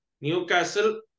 Newcastle